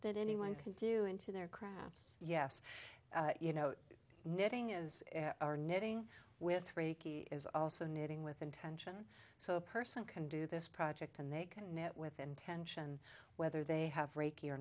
that anyone can do into their craps yes you know knitting is our knitting with reiki is also knitting with intention so a person can do this project and they can knit with intention whether they have reiki or